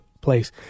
place